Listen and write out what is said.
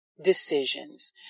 Decisions